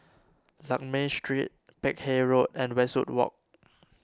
Lakme Street Peck Hay Road and Westwood Walk